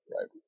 right